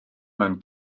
mewn